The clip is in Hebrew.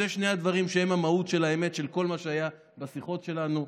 אלה שני הדברים שהם המהות של האמת של כל מה שהיה בשיחות שלנו.